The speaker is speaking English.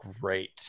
great